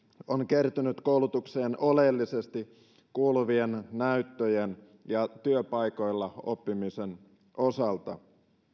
on kertynyt koulutukseen oleellisesti kuuluvien näyttöjen ja työpaikoilla oppimisen osalta